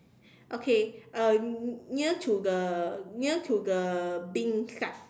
okay uh near to the near to the bin side